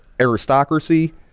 aristocracy